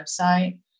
website